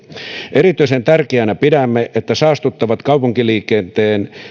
erityisen tärkeänä pidämme että saastuttavat kaupunkiliikenteen